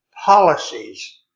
policies